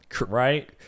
right